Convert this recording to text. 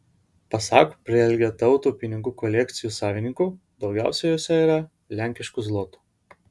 pasak prielgetautų pinigų kolekcijų savininkų daugiausiai jose yra lenkiškų zlotų